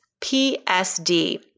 PSD